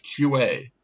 QA